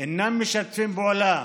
אינם משתפים פעולה